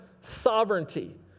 sovereignty